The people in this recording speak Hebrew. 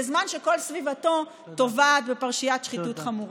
בזמן שכל סביבתו טובעת בפרשיית שחיתות חמורה.